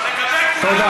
תודה.